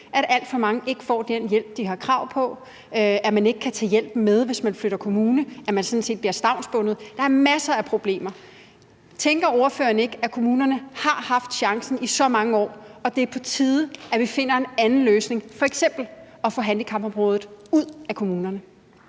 at alt for mange ikke får den hjælp, de har krav på, at man ikke kan tage hjælpen med, hvis man flytter kommune, at man sådan set bliver stavnsbundet. Der er masser af problemer. Tænker ordføreren ikke, at kommunerne har haft chancen i så mange år, og at det er på tide, at vi finder en anden løsning, f.eks. at få handicapområdet ud af kommunerne?